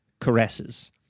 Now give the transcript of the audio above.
caresses